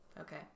okay